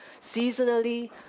Seasonally